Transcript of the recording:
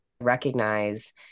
recognize